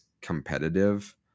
competitive